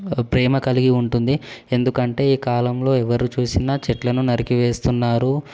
ప్రేమ కలిగి ఉంటుంది ఎందుకంటే ఈ కాలంలో ఎవరు చూసినా చెట్లను నరికి వేస్తున్నారు